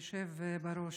היושב-ראש,